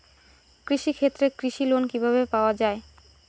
কৃষি ক্ষেত্রে কৃষি লোন কিভাবে পাওয়া য়ায়?